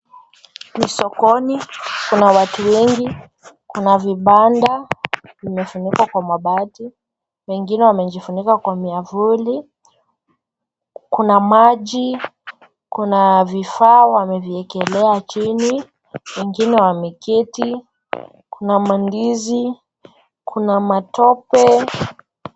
Ni sokoni, kuna watu wengi, kuna vibanda vimefunikwa kwa mabati, wengine wamejifunika kwa miavuli. Kuna maji, kuna vifaa wameviekelea chini, wengine wameketi. Kuna mandizi, kuna matope.